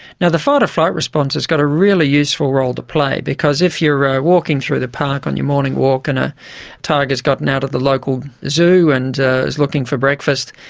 and the fight or flight response has got a really useful role to play because if you are walking through the park on your morning walk and a tiger has gotten out of the local zoo and is looking for breakfast,